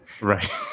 Right